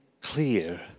clear